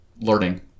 learning